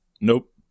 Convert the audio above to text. Nope